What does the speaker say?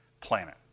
planet